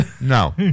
No